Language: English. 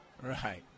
right